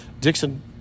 Dixon